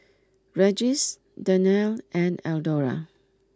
Regis Danelle and Eldora